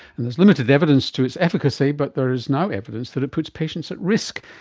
and is limited evidence to its efficacy, but there is now evidence that itputs patients at risk.